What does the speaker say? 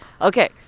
Okay